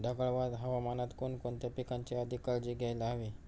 ढगाळ हवामानात कोणकोणत्या पिकांची अधिक काळजी घ्यायला हवी?